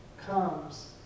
comes